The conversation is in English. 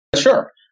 Sure